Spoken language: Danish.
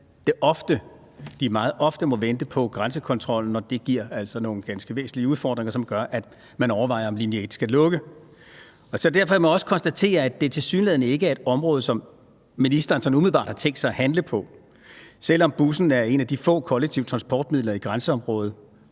de meget ofte må vente på grænsekontrollen, og det giver altså nogle ganske væsentlige udfordringer, som gør, at man overvejer, om Linie 1 skal lukke. Derfor må jeg også konstatere, at det tilsyneladende ikke er et område, som ministeren sådan umiddelbart har tænkt sig at handle på, selv om bussen er en af de få kollektive transportmidler i grænseområdet,